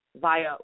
via